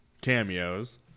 cameos